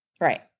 Right